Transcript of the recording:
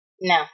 No